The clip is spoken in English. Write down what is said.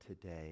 today